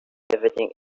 everything